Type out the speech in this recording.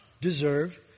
deserve